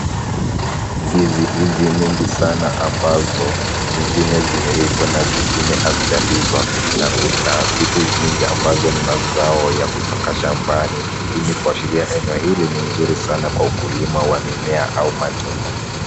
Ndizi hizi mingi sana ambazo zingine , zimeiva na zingine hazijaiva na kuna vitu mingi ambazo ni mazao ya kutoka shambani. Hii ni kuashiria heneo hili ni nzuri sana kwa ukulima wa mimea au matunda.